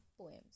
poems